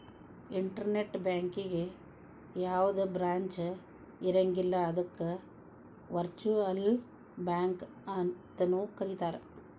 internet ಬ್ಯಾಂಕಿಗೆ ಯಾವ್ದ branch ಇರಂಗಿಲ್ಲ ಅದಕ್ಕ ವರ್ಚುಅಲ್ ಬ್ಯಾಂಕ ಅಂತನು ಕರೇತಾರ